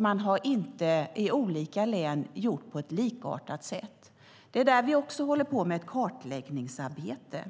Man har i olika län inte gjort på ett likartat sätt. Vi håller också på med ett kartläggningsarbete.